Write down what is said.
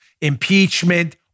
impeachment